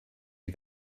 you